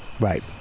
Right